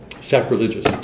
sacrilegious